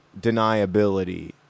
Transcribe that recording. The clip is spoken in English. deniability